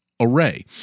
Array